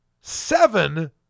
seven